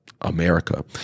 America